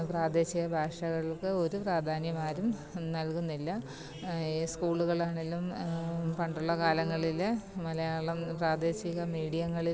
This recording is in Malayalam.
പ്രാദേശിക ഭാഷകൾക്ക് ഒരു പ്രാധാന്യം ആരും നൽകുന്നില്ല സ്കൂളുകളിലാണേലും പണ്ടുള്ള കാലങ്ങളിൽ മലയാളം പ്രാദേശിക മീഡിയങ്ങളിൽ